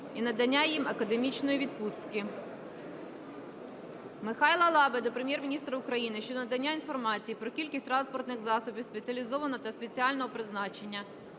і надання їм академічної відпустки. Михайла Лаби до Прем'єр-міністра України щодо надання інформації про кількість транспортних засобів спеціалізованого та спеціального призначення,